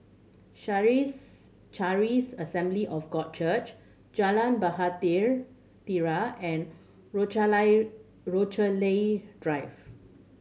Charis Assembly of God Church Jalan Bahtera and Rochalie Drive